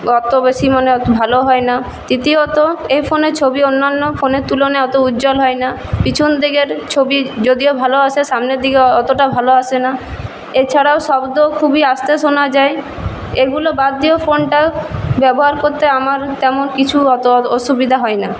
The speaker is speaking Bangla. অত বেশি মানে ভালো হয় না তৃতীয়ত এই ফোনের ছবি অন্যান্য ফোনের তুলনায় অত উজ্জ্বল হয় না পিছন দিকের ছবি যদিও ভালো আসে সামনের দিকে অতোটা ভালো আসে না এছাড়াও শব্দ খুবই আস্তে শোনা যায় এগুলো বাদ দিয়েও ফোনটা ব্যবহার করতে আমার তেমন কিছু অত অসুবিধা হয় না